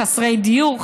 חסרי דיור,